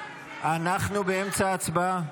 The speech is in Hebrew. אנחנו באמצע הצבעה.